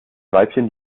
weibchen